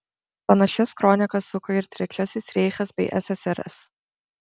panašias kronikas suko ir trečiasis reichas bei ssrs